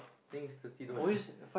think it's thirty dollar